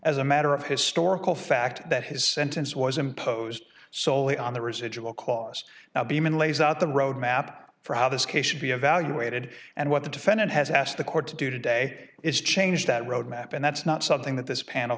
as a matter of historical fact that his sentence was imposed soley on the residual costs now beeman lays out the roadmap for how this case should be evaluated and what the defendant has asked the court to do today is change that roadmap and that's not something that this panel